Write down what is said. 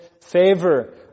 favor